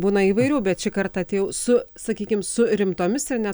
būna įvairių bet šį kartą atėjau su sakykim su rimtomis ir ne